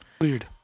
Weird